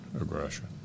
aggression